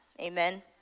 amen